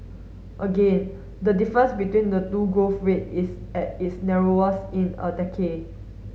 again the difference between the two growth rate is at its narrowest in a decade